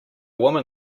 woman